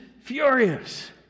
furious